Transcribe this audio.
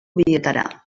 bietara